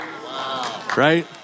Right